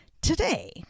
Today